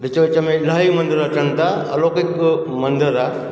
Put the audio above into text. विच विच में हेॾा ई मंदर अचनि था अलोकिक मंदरु आहे